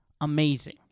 amazing